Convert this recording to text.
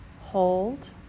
hold